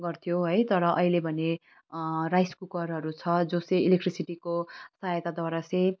गर्थ्यौँ है तर अहिले भने राइस कुकरहरू छ जो चाहिँ इलेक्ट्रिसिटीको सहायताद्वारा चाहिँ